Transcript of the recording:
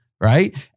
Right